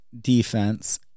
defense